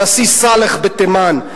הנשיא סאלח בתימן,